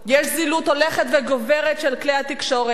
יש זילות הולכת וגוברת של כלי התקשורת,